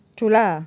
true lah